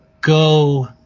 go